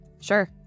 Sure